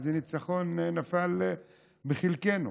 איזה ניצחון נפל בחלקנו?